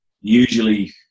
usually